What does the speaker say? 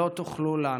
לא תוכלו לנו.